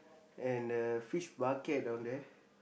and the fish bucket down there